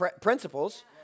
principles